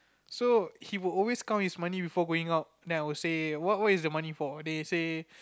so he would always count his money before going out then I would say what what's the money for